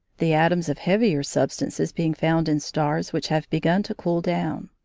the atoms of heavier substances being found in stars which have begun to cool down.